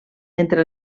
entre